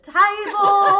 table